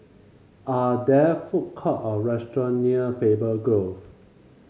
are there food court or restaurant near Faber Grove